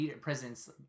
presidents